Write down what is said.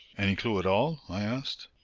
any clew at all? i asked.